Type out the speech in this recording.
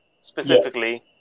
specifically